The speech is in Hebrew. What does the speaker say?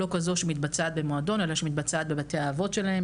לא כזו שמתבצעת במועדון אלא שמתבצעת בבתי האבות שלהם,